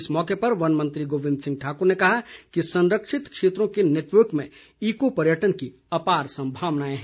इस मौके पर वन मंत्री गोविंद सिंह ठाकुर ने कहा कि संरक्षित क्षेत्रों के नेटवर्क में ईको पर्यटन की अपार संभवानाएं हैं